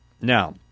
Now